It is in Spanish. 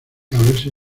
haberse